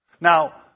Now